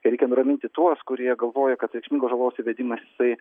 ir reikia nuraminti tuos kurie galvoja kad reikšmingos žalos įvedimas jisai